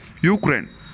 Ukraine